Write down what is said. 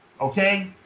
Okay